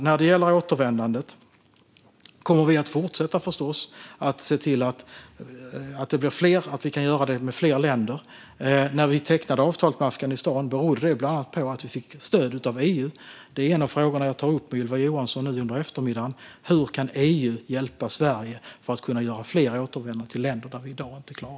Vad gäller återvändandet kommer vi förstås att fortsätta se till att det kan ske till fler länder. När vi tecknade avtalet med Afghanistan kunde vi göra det bland annat på grund av att vi fick stöd av EU. Detta är en av de frågor som jag kommer att ta upp med Ylva Johansson i eftermiddag. Hur kan EU hjälpa Sverige så att vi kan få till fler återvändanden till länder dit det i dag inte går?